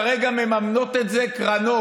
כרגע מממנות את זה קרנות.